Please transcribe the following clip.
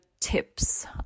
tips